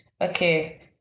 Okay